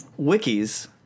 wikis